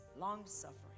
long-suffering